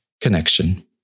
connection